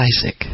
Isaac